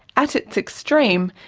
at its extreme,